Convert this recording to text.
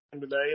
today